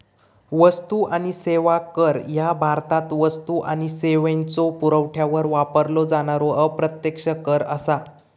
वस्तू आणि सेवा कर ह्या भारतात वस्तू आणि सेवांच्यो पुरवठ्यावर वापरलो जाणारो अप्रत्यक्ष कर असा